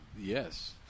Yes